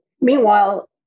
meanwhile